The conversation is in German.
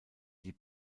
die